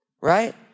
right